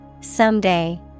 Someday